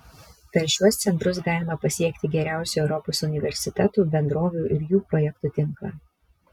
per šiuos centrus galima pasiekti geriausių europos universitetų bendrovių ir jų projektų tinklą